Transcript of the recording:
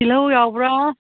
ꯇꯤꯜꯍꯧ ꯌꯥꯎꯕ꯭ꯔꯣ